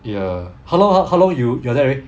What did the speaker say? ya how long how long you you are there already